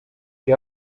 que